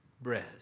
bread